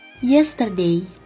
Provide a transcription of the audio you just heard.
Yesterday